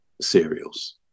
cereals